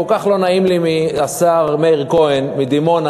כל כך לא נעים לי מהשר מאיר כהן מדימונה,